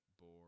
bore